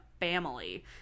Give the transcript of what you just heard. family